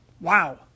Wow